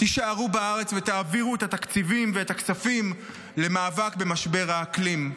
תישארו בארץ ותעבירו את התקציבים ואת הכספים למאבק במשבר האקלים.